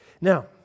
Now